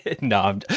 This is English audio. no